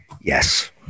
Yes